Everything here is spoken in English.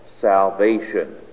salvation